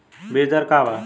बीज दर का वा?